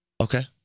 Okay